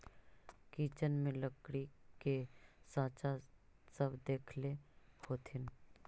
kitchen में लकड़ी के साँचा सब देखले होथिन